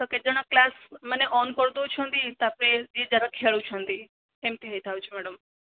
ତ କେତେ ଜଣ କ୍ଳାସ ମାନେ ଅନ୍ କରି ଦେଉଛନ୍ତି ତାପରେ ଯିଏ ଯାହାର ଖେଳୁଛନ୍ତି ଏମିତି ହେଇଥାଉଛି ମ୍ୟାଡ଼ମ